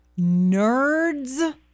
Nerds